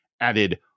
added